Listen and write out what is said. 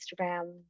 Instagram